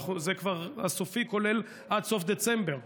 כולל עד סוף דצמבר,